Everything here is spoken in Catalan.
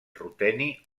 ruteni